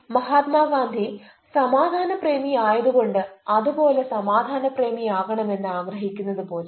മഹാത്മാഗാന്ധി സമാധാന പ്രേമി ആയത് കൊണ്ട് അതുപോലെ സമാധാന പ്രേമി ആകണം എന്ന് ആഗ്രഹിക്കുന്നത് പോലെ